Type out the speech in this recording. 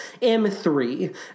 M3